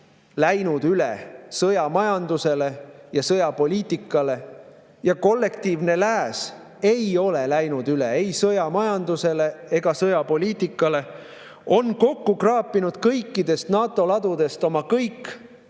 läinud üle sõjamajandusele ja sõjapoliitikale ja kollektiivne lääs ei ole läinud üle ei sõjamajandusele ega sõjapoliitikale. [Lääs] on kokku kraapinud kõikidest NATO ladudest kõik